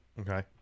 Okay